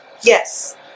Yes